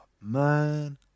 Man